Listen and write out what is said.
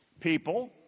People